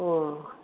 अ